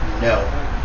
No